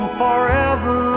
forever